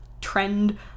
trend